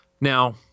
Now